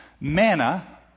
Manna